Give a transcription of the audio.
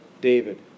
David